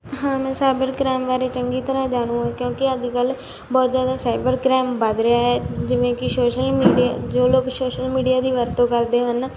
ਹਾਂ ਮੈਂ cyber crime ਬਾਰੇ ਚੰਗੀ ਤਰ੍ਹਾਂ ਜਾਣੂ ਹਾਂ ਕਿਉਂਕਿ ਅੱਜ ਕੱਲ੍ਹ ਬਹੁਤ ਜ਼ਿਆਦਾ ਸਾਈਬਰ ਕ੍ਰਾਇਮ ਵੱਧ ਰਿਹਾ ਹੈ ਜਿਵੇਂ ਕਿ ਸੋਸ਼ਲ ਮੀਡੀਆ ਜੋ ਲੋਕ ਸੋਸ਼ਲ ਮੀਡੀਆ ਦੀ ਵਰਤੋਂ ਕਰਦੇ ਹਨ